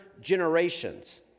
generations